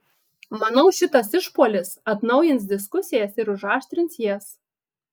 manau šitas išpuolis atnaujins diskusijas ir užaštrins jas